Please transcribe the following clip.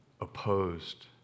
opposed